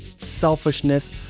selfishness